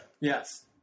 yes